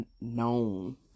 known